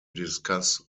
discuss